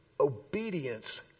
Obedience